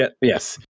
Yes